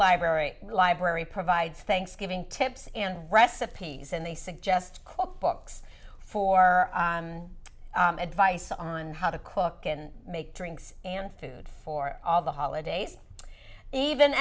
library library provides thanksgiving tips and recipes and they suggest quote books for advice on how to cook and make drinks and food for all the holidays even